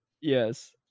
Yes